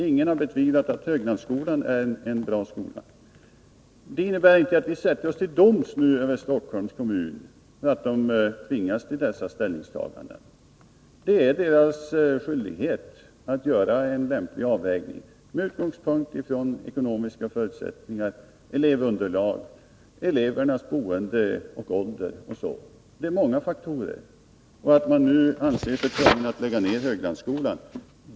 Ingen har betvivlat att Höglandsskolan är en bra skola. Men vi sätter oss inte till doms över Stockholms kommun för att den tvingas till detta ställningstagande. Det är dess skyldighet att göra en lämplig avvägning med hänsyn till ekonomiska förutsättningar, elevunderlag, elevernas boende och ålder etc. Det är många faktorer som inverkar.